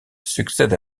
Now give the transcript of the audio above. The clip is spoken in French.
succède